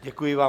Děkuji vám.